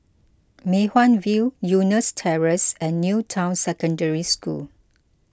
Mei Hwan View Eunos Terrace and New Town Secondary School